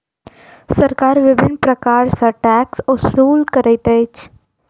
सरकार विभिन्न प्रकार सॅ टैक्स ओसूल करैत अछि